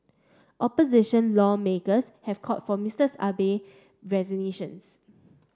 opposition lawmakers have called for Mister Abe resignations